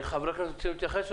חברי הכנסת רוצים להתייחס?